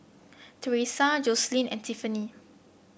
Teresa Joseline and Tiffany